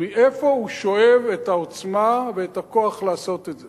מאיפה הוא שואב את העוצמה ואת הכוח לעשות את זה?